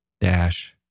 dash